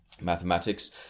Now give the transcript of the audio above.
mathematics